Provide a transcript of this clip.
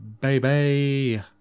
baby